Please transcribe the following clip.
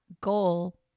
Goal